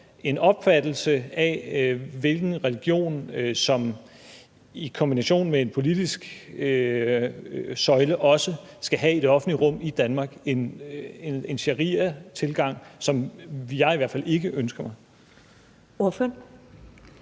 den opfattelse, at en religion i kombination med en politisk søjle også skal være i det offentlige rum i Danmark – en shariatilgang, som jeg i hvert fald ikke ønsker mig.